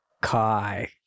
Kai